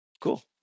Cool